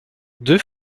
deux